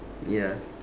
ya